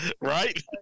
Right